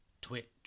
Twitch